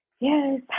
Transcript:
Yes